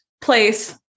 place